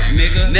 nigga